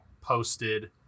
posted